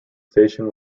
station